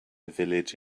village